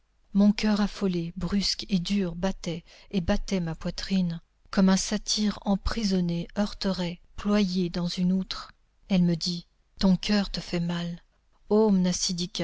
mon coeur affolé brusque et dur battait et battait ma poitrine comme un satyre emprisonné heurterait ployé dans une outre elle me dit ton coeur te fait mal ô